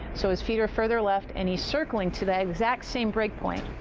so his feet are further left and he's circling to that exact same break point.